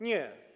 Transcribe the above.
Nie.